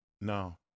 no